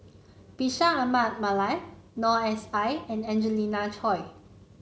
Bashir Ahmad Mallal Noor S I and Angelina Choy